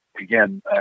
again